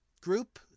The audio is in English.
group